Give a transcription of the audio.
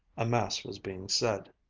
a mass was being said.